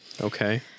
Okay